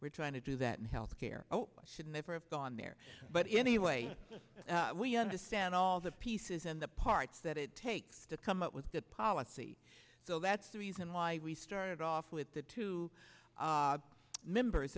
we're trying to do that health care should never have gone there but in any way we understand all the pieces and the parts that it takes to come up with that policy so that's the reason why we started off with the two members